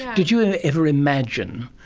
did you ever imagine,